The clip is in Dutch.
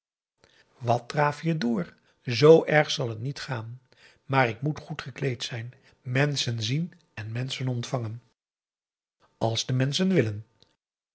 wat draaf je door zoo erg zal het niet gaan maar ik moet goed gekleed zijn menschen zien en menschen ontvangen als de menschen willen